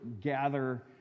gather